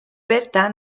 berta